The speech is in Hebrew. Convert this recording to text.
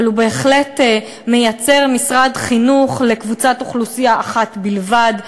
אבל הוא בהחלט מייצר משרד חינוך לקבוצת אוכלוסייה אחת בלבד,